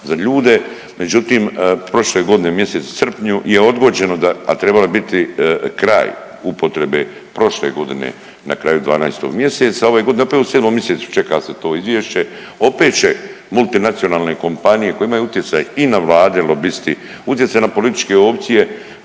za ljude, međutim prošle godine u mjesecu srpnju je odgođeno da, a trebalo je biti kraj upotrebe prošle godine na kraju 12. mjeseca, ove godine opet u 7. misecu čeka se to izvješće, opet će multinacionalne kompanije koje imaju utjecaj i na Vlade lobisti, utjecaj na političke opcije,